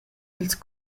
ils